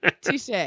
Touche